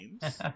games